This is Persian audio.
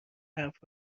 حرف